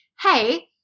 Hey